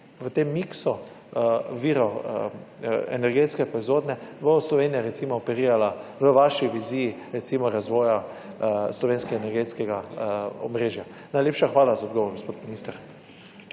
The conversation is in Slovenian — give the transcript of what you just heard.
v tem miksu virov energetske proizvodnje bo Slovenija recimo operirala v vaši viziji recimo razvoja slovenskega energetskega omrežja? Najlepša hvala za odgovor, gospod minister.